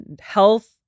health